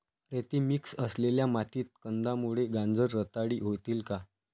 रेती मिक्स असलेल्या मातीत कंदमुळे, गाजर रताळी होतील का?